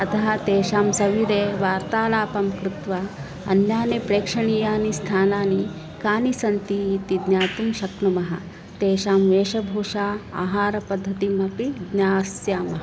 अतः तेषां सविधे वार्तालापं कृत्वा अन्यानि प्रेक्षणीयानि स्थानानि कानि सन्ति इति ज्ञातुं शक्नुमः तेषां वेशभूषा आहारपद्धतिमपि ज्ञास्यामः